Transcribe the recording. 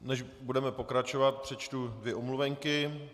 Než budeme pokračovat, přečtu dvě omluvenky.